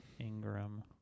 Ingram